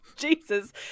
Jesus